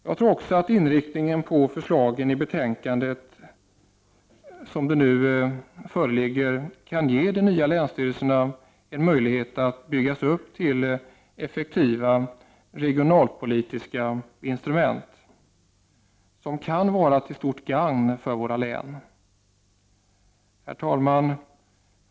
Jag tror också att med den inriktning som förslagen har i betänkandet kan de nya länsstyrelserna byggas upp till effektiva regionalpolitiska instrument som kan vara till stort gagn för våra län. Herr talman!